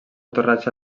torratxa